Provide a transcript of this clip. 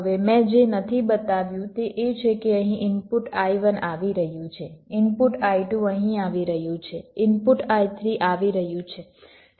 હવે મેં જે નથી બતાવ્યું તે એ છે કે અહીં ઇનપુટ I1 આવી રહ્યું છે ઇનપુટ I2 અહીં આવી રહ્યું છે ઇનપુટ I3 આવી રહ્યું છે